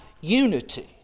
unity